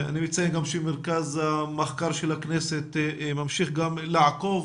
אני מציין גם שמרכז המחקר של הכנסת ממשיך לעקוב